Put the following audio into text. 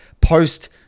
post